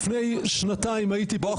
לפני שנתיים ניצחנו בבחירות --- בוא,